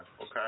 okay